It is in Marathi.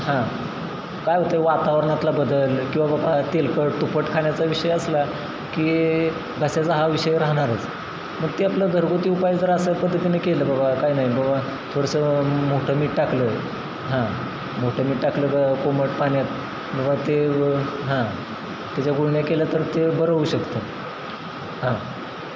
हां काय होते वातावरणातला बदल किंवा बाबा तेलकट तुपट खाण्याचा विषय असला की घश्याचा हा विषय राहणारच मग ते आपलं घरगुती उपाय जर अशा पद्धतीने केले बाबा काय नाही बाबा थोडंसं मोठं मीठ टाकलं हां मोठं मीठ टाकलं की कोमट पाण्यात मग ते व हां त्याच्या गुळण्या केल्या तर ते बरं होऊ शकतं हां